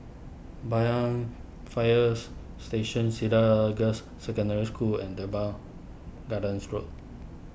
Banyan Fires Station Cedar Girls' Secondary School and Teban Gardens Road